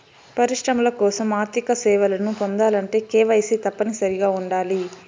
పరిశ్రమల కోసం ఆర్థిక సేవలను పొందాలంటే కేవైసీ తప్పనిసరిగా ఉండాలి